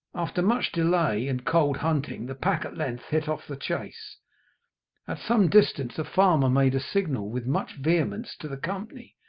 after much delay and cold hunting the pack at length hit off the chase. at some distance a farmer made a signal with much vehemence to the company,